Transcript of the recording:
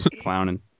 clowning